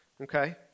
okay